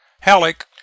Halleck